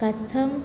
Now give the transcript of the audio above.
कथं